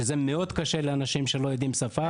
שזה מאוד קשה לאנשים שלא יודעים את השפה.